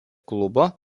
klubo